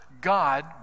God